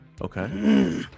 okay